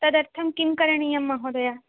तदर्थं किं करणीयं महोदय